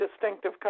distinctive